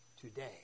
today